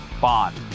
Bond